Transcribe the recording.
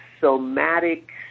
somatic